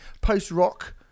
post-rock